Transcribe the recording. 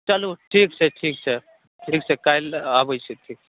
चलू ठीक छै ठीक छै ठीक छै काल्हि आबै छी ठीक